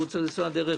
והוא צריך לנסוע דרך